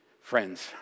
Friends